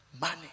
money